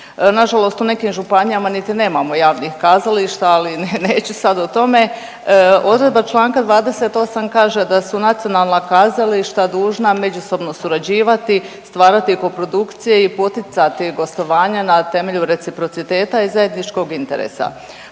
nažalost u nekim županijama niti nemamo javnih kazališta, ali neću sad o tome. Odredba čl. 28. kaže da su nacionalna kazališta dužna međusobno surađivati, stvarati koprodukcije i poticati gostovanja na temelju reciprociteta i zajedničkog interesa.